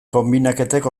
konbinaketek